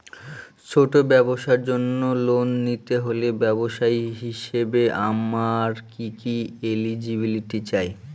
ছোট ব্যবসার জন্য লোন নিতে হলে ব্যবসায়ী হিসেবে আমার কি কি এলিজিবিলিটি চাই?